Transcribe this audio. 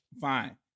Fine